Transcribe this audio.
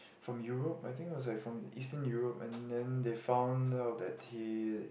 from Europe I think was like from eastern Europe and then they found out that he